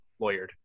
lawyered